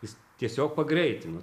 jis tiesiog pagreitino